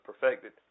perfected